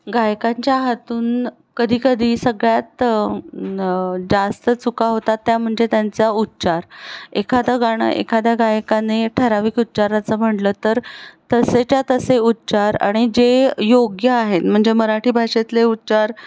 गायकांच्या हातून कधी कधी सगळ्यात जास्त चुका होतात त्या म्हणजे त्यांचा उच्चार एखादं गाणं एखाद्या गायकाने ठराविक उच्चाराचं म्हटलं तर तसेच्या तसे उच्चार आणि जे योग्य आहेत म्हणजे मराठी भाषेतले उच्चार